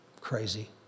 crazy